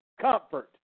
comfort